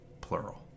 plural